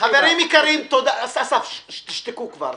חברים יקרים, אסף, תשתקו כבר.